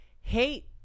hate